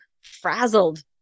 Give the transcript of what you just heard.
frazzled